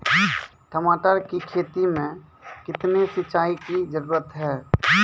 टमाटर की खेती मे कितने सिंचाई की जरूरत हैं?